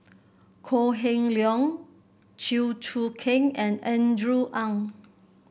Kok Heng Leun Chew Choo Keng and Andrew Ang